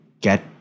Get